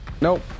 Nope